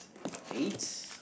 eight